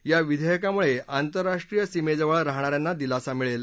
या विधेयकामुळे आंतरराष्ट्रीय सीमेजवळ राहणा यांना दिलासा मिळेल